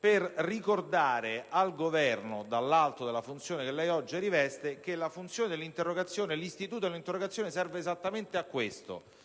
per ricordare al Governo, dall'alto delle funzione che lei oggi riveste, che l'istituto dell'interrogazione serve esattamente a questo.